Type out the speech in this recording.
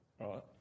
right